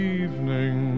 evening